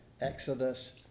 Exodus